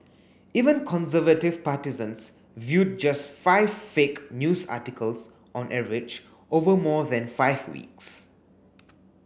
even conservative partisans viewed just five fake news articles on average over more than five weeks